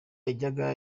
yajyaga